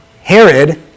Herod